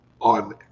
on